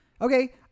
Okay